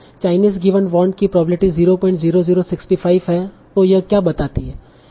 Chinese given want की probability 00065 है तों यह क्या बताती है